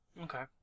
Okay